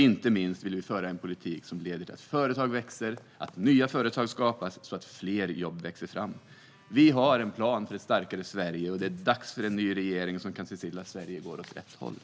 Inte minst vill vi föra en politik som leder till att företag växer och att nya företag skapas så att fler jobb växer fram. Vi har en plan för ett starkare Sverige, och det är dags för en ny regering som kan se till att Sverige går åt rätt håll.